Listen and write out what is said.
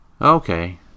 Okay